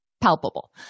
palpable